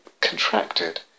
contracted